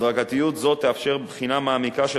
הדרגתיות זאת תאפשר בחינה מעמיקה של